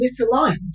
misaligned